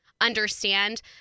understand